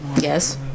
Yes